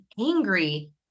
angry